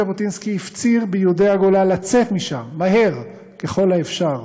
ז'בוטינסקי הפציר ביהודי הגולה לצאת משם מהר ככל האפשר.